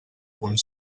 punt